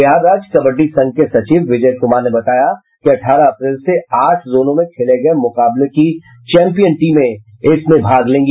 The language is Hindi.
बिहार राज्य कबड्डी संघ के सचिव विजय कुमार ने बताया कि अठारह अप्रैल से आठ जोनों में खेले गये मुकाबले की चैम्पियन टीमें इसमें भाग लेगी